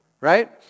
Right